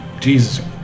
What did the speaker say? Jesus